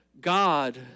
God